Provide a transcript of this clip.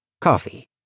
Coffee